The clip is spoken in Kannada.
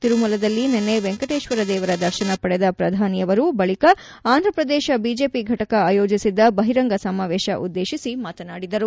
ತಿರುಮಲದಲ್ಲಿ ನಿನ್ನೆ ವೆಂಕಟೇಶ್ವರ ದೇವರ ದರ್ಶನ ಪಡೆದ ಪ್ರಧಾನಿಯವರು ಬಳಿಕ ಅಂಧ್ರಪ್ರದೇಶ ಬಿಜೆಪಿ ಫಟಕ ಆಯೋಜಿಸಿದ್ದ ಬಹಿರಂಗ ಸಮಾವೇಶ ಉದ್ದೇಶಿಸಿ ಮಾತನಾಡಿದರು